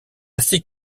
ces